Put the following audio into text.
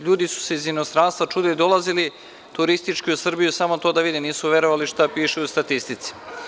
Ljudi su se iz inostranstva čudili i dolazili turistički u Srbiju samo to da vide, nisu verovali šta piše u statistici.